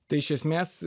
tai iš esmės